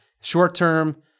short-term